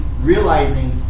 realizing